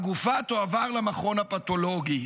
והגופה תועבר למכון הפתולוגי.